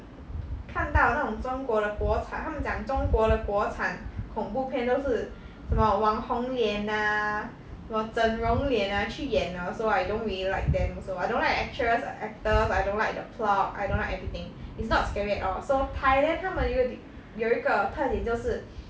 看到那种中国的国产他们讲中国的国产恐怖片都是什么网红脸啊什么整容脸啊去演的 so I don't really like them also I don't like the actress the actors I don't like the plot I don't like everything it's not scary at all so thailand 他们有一个 d~ 有一个特点就是